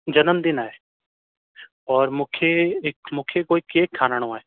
जनमुदिन आहे और मूंखे हिकु मूंखे कोई केक ठाराहिणो आहे